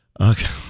Okay